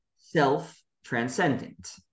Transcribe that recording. self-transcendent